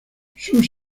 sus